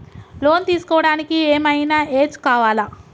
Loan తీస్కోవడానికి ఏం ఐనా ఏజ్ కావాలా?